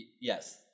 Yes